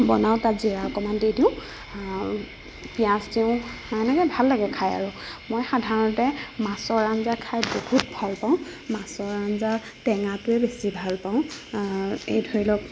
বনাও তাত জিৰা অকণমান দি দিওঁ পিয়াজ দিওঁ এনেকৈ ভাল লাগে খাই আৰু মই সাধাৰণতে মাছৰ আঞ্জা খাই বহুত ভাল পাওঁ মাছৰ আঞ্জা টেঙাটোৱে বেছি ভাল পাওঁ এই ধৰি লওক